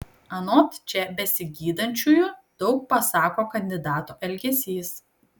anot čia besigydančiųjų daug pasako kandidato elgesys